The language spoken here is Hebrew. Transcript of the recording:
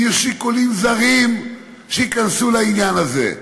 יהיו שיקולים זרים שייכנסו לעניין הזה.